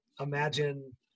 imagine